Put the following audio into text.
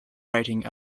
writing